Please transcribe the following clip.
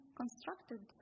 constructed